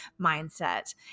mindset